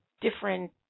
different